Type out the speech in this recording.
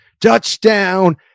touchdown